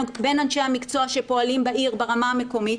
אנשי המקצוע שפועלים בעיר ברמה המקומית,